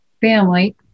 family